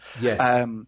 Yes